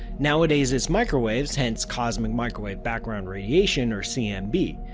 nowadays it's microwaves, hence cosmic microwave background radiation or cmb.